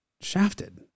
shafted